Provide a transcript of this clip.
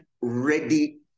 ready